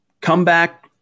comeback